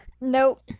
Nope